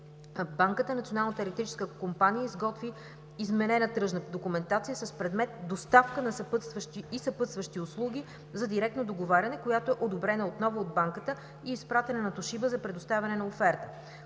компания изготви изменена тръжна документация с предмет „доставка на съпътстващи услуги за директно договаряне“, която е одобрена отново от Банката и изпратена на „Тошиба“ за предоставяне на оферта.